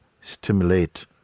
stimulate